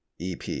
EP